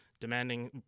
demanding